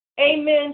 Amen